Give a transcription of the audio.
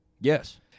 Yes